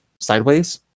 sideways